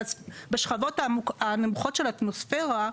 בשכבות הנמוכות של האטמוספירה,